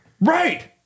Right